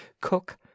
cook